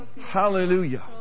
Hallelujah